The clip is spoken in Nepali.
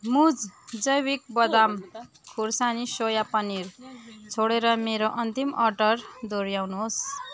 मुज जैविक बदाम खुर्सानी सोया पनिर छोडेर मेरो अन्तिम अर्डर दोहोऱ्याउनुहोस्